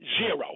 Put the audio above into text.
zero